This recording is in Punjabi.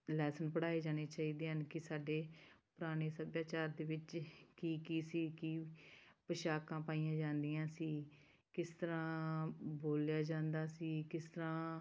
ਲੈਸਨ ਪੜ੍ਹਾਏ ਜਾਣੇ ਚਾਹੀਦੇ ਹਨ ਕਿ ਸਾਡੇ ਪੁਰਾਣੇ ਸੱਭਿਆਚਾਰ ਦੇ ਵਿੱਚ ਕੀ ਕੀ ਸੀ ਕੀ ਪੋਸ਼ਾਕਾਂ ਪਾਈਆਂ ਜਾਂਦੀਆਂ ਸੀ ਕਿਸ ਤਰ੍ਹਾਂ ਬੋਲਿਆ ਜਾਂਦਾ ਸੀ ਕਿਸ ਤਰ੍ਹਾਂ